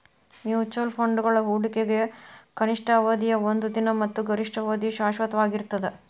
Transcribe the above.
mutual ಫಂಡ್ಗಳ ಹೂಡಿಕೆಗ ಕನಿಷ್ಠ ಅವಧಿಯ ಒಂದ ದಿನ ಮತ್ತ ಗರಿಷ್ಠ ಅವಧಿಯ ಶಾಶ್ವತವಾಗಿರ್ತದ